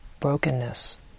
brokenness